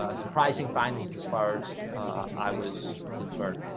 ah surprising findings as far as i was concerned